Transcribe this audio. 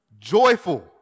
joyful